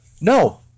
no